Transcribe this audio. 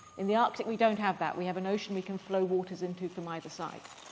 in the arctic, we don't have that. we have an ocean we can flow waters into from either side.